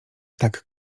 tak